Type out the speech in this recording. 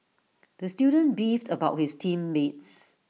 the student beefed about his team mates